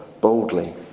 boldly